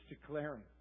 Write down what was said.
declaring